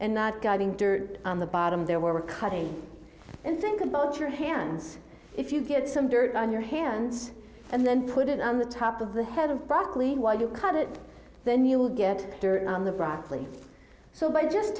and not guarding dirt on the bottom there we're cutting and think about your hands if you get some dirt on your hands and then put it on the top of the head of broccoli while you cut it then you will get dirt on the broccoli so by just